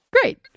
great